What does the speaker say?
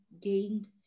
gained